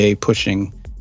pushing